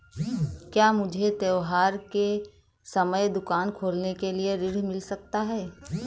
क्या मुझे त्योहार के समय दुकान खोलने के लिए ऋण मिल सकता है?